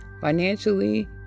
financially